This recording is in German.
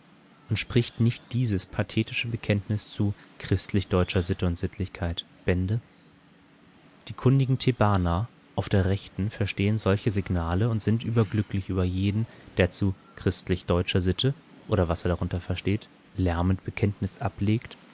und spricht nicht dieses pathetische bekenntnis zu christlich-deutscher sitte und sittlichkeit bände die kundigen thebaner auf der rechten verstehen solche signale und sind glücklich über jeden der zu christlich-deutscher sitte oder was er darunter versteht lärmend bekenntnis ablegt